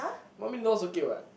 one million dollar is okay what